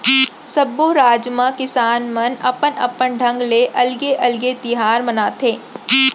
सब्बो राज म किसान मन अपन अपन ढंग ले अलगे अलगे तिहार मनाथे